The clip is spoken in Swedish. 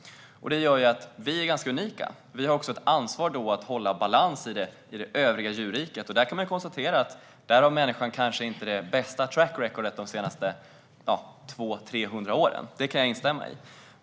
Det gör att vi är ganska unika. Vi har då ett ansvar för att hålla balans i det övriga djurriket. Jag kan instämma i att där har människan kanske inte haft bästa track record de senaste 200-300 åren.